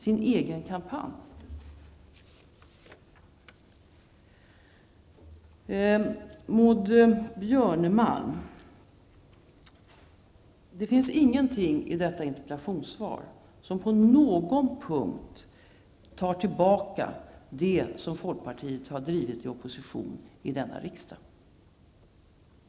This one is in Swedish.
Till Maud Björnemalm vill jag säga att det inte finns något i detta interpellationssvar som på någon punkt tar tillbaka det som folkpartiet har drivit i opposition i denna riksdag.